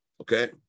Okay